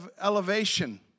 elevation